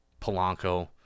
Polanco